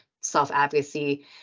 self-advocacy